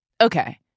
Okay